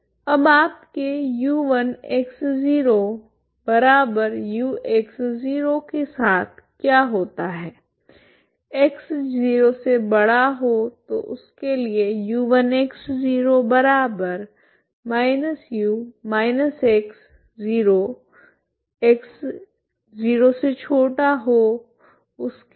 अब आपके u1 x 0ux 0 के साथ क्या होता है x0 के लिए u1x0−u−x0 x0 के लिए